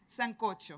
Sancocho